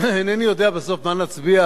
אינני יודע מה בסוף נצביע,